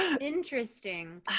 Interesting